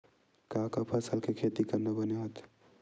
का का फसल के खेती करना बने होथे?